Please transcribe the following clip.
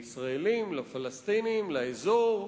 לישראלים, לפלסטינים ולאזור,